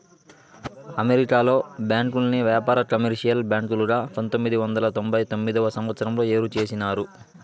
అమెరికాలో బ్యాంకుల్ని వ్యాపార, కమర్షియల్ బ్యాంకులుగా పంతొమ్మిది వందల తొంభై తొమ్మిదవ సంవచ్చరంలో ఏరు చేసినారు